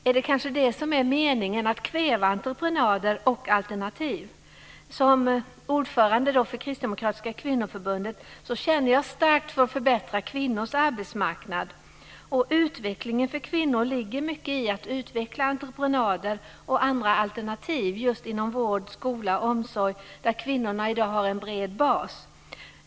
Är det kanske det som är meningen: att kväva entreprenader och alternativ? Som ordförande för Kristdemokratiska kvinnoförbundet känner jag starkt för att förbättra kvinnors arbetsmarknad, och utvecklingen för kvinnor ligger mycket i att utveckla entreprenader och andra alternativ just inom vård, skola och omsorg, där kvinnorna i dag har en bred bas.